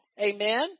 Amen